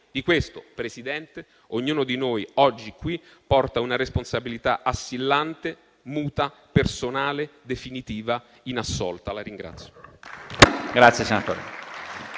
Di questo Presidente, ognuno di noi oggi qui porta una responsabilità assillante, muta, personale, definitiva, non assolta.